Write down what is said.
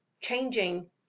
changing